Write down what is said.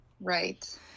Right